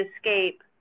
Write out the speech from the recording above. escape